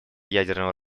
ядерного